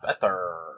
better